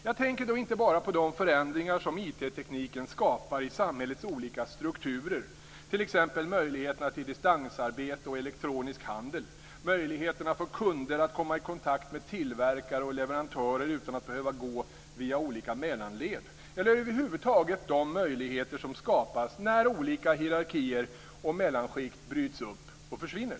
Jag tänker inte bara på förändringar som informationstekniken skapar i samhällets olika strukturer, t.ex. möjligheterna till distansarbete och elektronisk handel, möjligheterna för kunder att komma i kontakt med tillverkare och leverantörer utan att behöva gå via olika mellanled eller över huvud taget de möjligheter som skapas när olika hierarkier och mellanskikt bryts upp och försvinner.